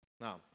Now